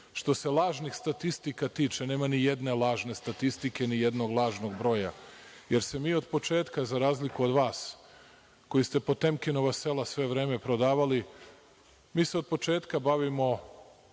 se lažnih statistika tiče, nema nijedne lažne statistike, nijednog lažnog broja, jer se mi od početka, za razliku od vas koji ste Potemkinova sela sve vreme prodavali, mi se od početka bavimo